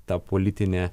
ta politinė